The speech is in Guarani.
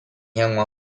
hag̃ua